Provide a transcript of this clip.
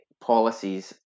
policies